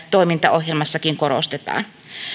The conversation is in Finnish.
toimintaohjelmassakin korostetaan